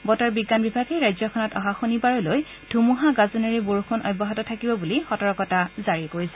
বতৰ বিজ্ঞান বিভাগে ৰাজ্যখনত অহা শনিবাৰলৈ ধুমুহা গাজনিৰে বৰষুণ অব্যাহত থাকিব বুলি সতৰ্কতা জাৰি কৰিছে